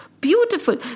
Beautiful